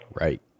Right